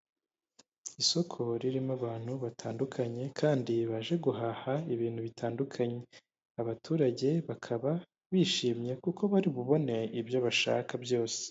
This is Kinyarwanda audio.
Isoko ririmo abantu batandukanye kandi baje guhaha ibintu bitandukanye, abaturage bakaba bishimye kuko bari bubone ibyo bashaka byose.